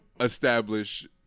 establish